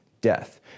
death